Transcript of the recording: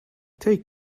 take